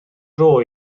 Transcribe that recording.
dro